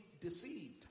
deceived